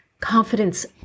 confidence